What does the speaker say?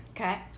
Okay